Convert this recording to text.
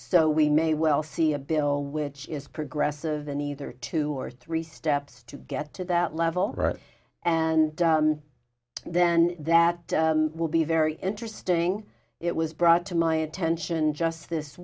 so we may well see a bill which is progressive and either two or three steps to get to that level and then that will be very interesting it was brought to my attention just this